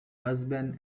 husband